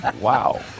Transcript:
Wow